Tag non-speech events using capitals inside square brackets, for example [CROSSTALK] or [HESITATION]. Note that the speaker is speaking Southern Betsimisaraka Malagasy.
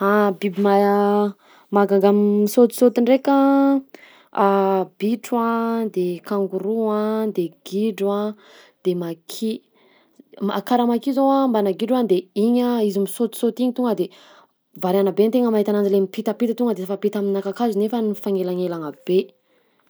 [HESITATION] Biby mahay [HESITATION] mahagaga misaotisaoty ndraika: [HESITATION] bitro a, de kangoroa a, de gidro a, de maki; [HESITATION] karaha maki zao mbanà gidro a de igny a izy misaotisaoty igny tonga de bariana be tegna mahita ananjy le mpitampita tonga de mifampita aminà kakazo nefa mifagnelagnelana be.